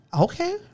Okay